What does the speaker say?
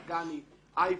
לול אורגני וכולי.